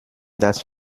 das